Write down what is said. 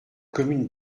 commune